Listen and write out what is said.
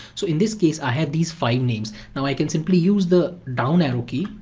so in this case i had these five names. now i can simply use the down arrow key,